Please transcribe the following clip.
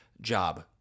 job